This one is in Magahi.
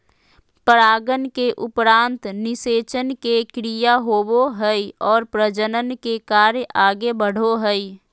परागन के उपरान्त निषेचन के क्रिया होवो हइ और प्रजनन के कार्य आगे बढ़ो हइ